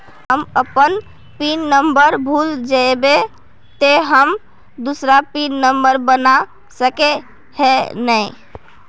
हम अपन pin number भूल जयबे ते हम दूसरा पिन नंबर बना सके है नय?